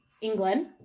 England